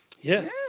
Yes